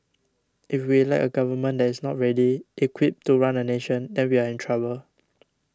if we elect a government that is not ready equipped to run a nation then we are in trouble